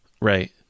right